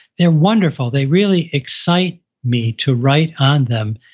they're wonderful. they really excite me to write on them,